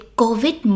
covid